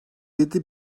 yedi